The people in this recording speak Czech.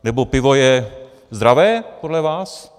Nebo pivo je zdravé podle vás?